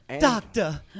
Doctor